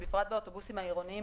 בפרט באוטובוסים העירוניים,